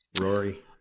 Rory